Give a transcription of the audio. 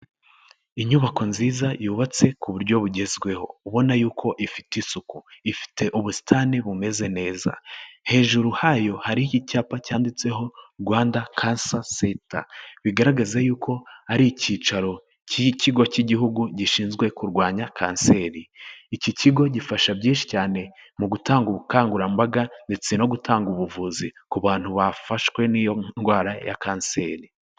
Inyubako nziza yubatse ku buryo bugezweho, ubona yuko ifite isuku, ifite ubusitani bumeze neza, hejuru hayo hariho icyapa cyanditseho Rwanda Cancer Centre, bigaragaza yuko ari ikicaro k'Ikigo cy'Igihugu gishinzwe kurwanya kanseri, iki kigo gifasha byinshi cyane mu gutanga ubukangurambaga ndetse no gutanga ubuvuzi ku bantu bafashwe n'iyo ndwara ya kanseri.